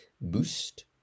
Boost